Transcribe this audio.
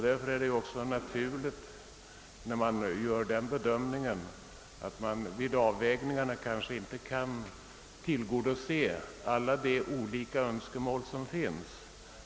Därför är det också naturligt att man vid avvägningen inte kan tillgodose alla de olika önskemål som finns.